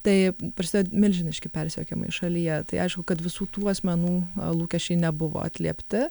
taip prasidėjo milžiniški persekiojimai šalyje tai aišku kad visų tų asmenų lūkesčiai nebuvo atliepti